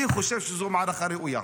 אני חושב שזו מערכה ראויה.